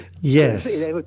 yes